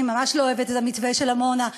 אני ממש לא אוהבת את המתווה של עמונה,